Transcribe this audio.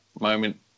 moment